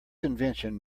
invention